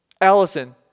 Allison